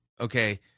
okay